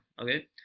okay